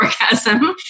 orgasm